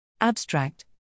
Abstract